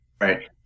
Right